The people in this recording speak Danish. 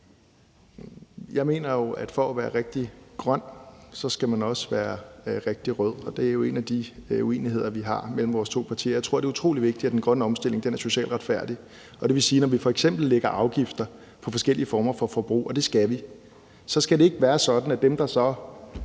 Jeg mener jo, at man for at være rigtig grøn også skal være rigtig rød, og det er jo en af de uenigheder mellem vores to partier, vi har. Jeg tror, det er utrolig vigtigt, at den grønne omstilling er socialt retfærdig. Det vil sige, at når vi f.eks. lægger afgifter på forskellige former for forbrug, og det skal vi, skal det ikke være sådan, at dem, der så